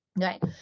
right